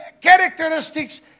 characteristics